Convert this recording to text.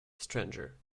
stranger